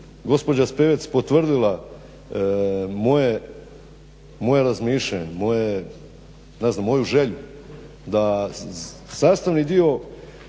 gospođa Spevec potvrdila moje razmišljanje, moje, ne znam moju želju da sastavni dio